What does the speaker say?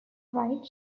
right